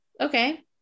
Okay